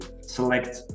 select